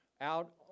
out